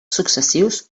successius